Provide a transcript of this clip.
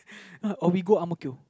or we go Ang-Mo-Kio